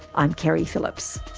i'm keri phillips